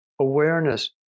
awareness